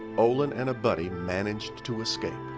olin and a buddy managed to escape.